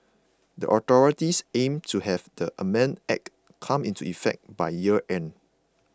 the authorities aim to have the amended Act come into effect by year end